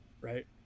Right